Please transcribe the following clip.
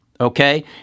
okay